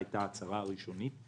זאת הייתה ההצהרה הראשונית.